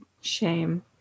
Shame